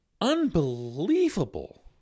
Unbelievable